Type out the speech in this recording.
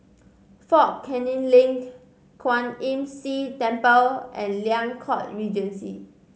Fort Canning Link Kwan Imm See Temple and Liang Court Regency